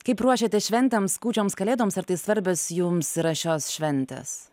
kaip ruošiatės šventėms kūčioms kalėdoms ar tai svarbios jums yra šios šventės